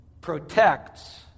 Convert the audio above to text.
protects